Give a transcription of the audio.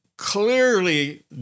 clearly